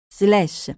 slash